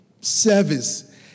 service